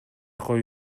коюу